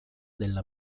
della